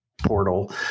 portal